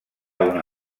una